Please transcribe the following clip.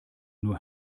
nur